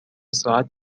ساعت